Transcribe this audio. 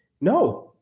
no